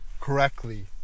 correctly